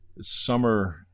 summer